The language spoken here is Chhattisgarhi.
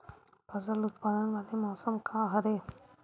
फसल उत्पादन वाले मौसम का हरे?